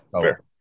fair